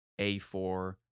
A4